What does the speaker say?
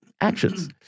actions